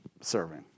serving